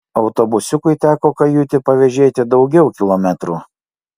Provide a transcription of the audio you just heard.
autobusiukui teko kajutį pavėžėti daugiau kilometrų